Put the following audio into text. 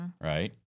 right